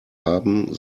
haben